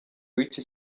w’iki